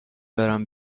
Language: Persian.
برم